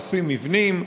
הורסים מבנים.